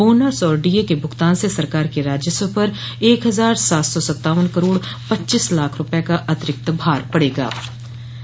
bonus और DA के भूगतान से सरकार के राजस्व पर एक हजार सात सौ सत्तावन करोड़ पच्चीस लाख रूपये का अतिरिक्त भार पड़े गा